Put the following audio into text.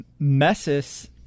Messis